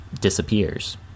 disappears